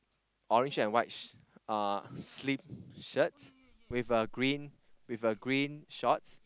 orange and white sh~ uh sleeve shirts with a green with a green shorts